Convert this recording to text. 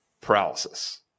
paralysis